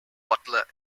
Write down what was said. butler